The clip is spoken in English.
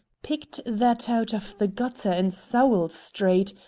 picked that out of the gutter in sowell street,